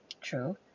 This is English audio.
True